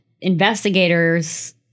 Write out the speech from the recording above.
investigators